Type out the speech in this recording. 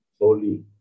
holy